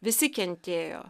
visi kentėjo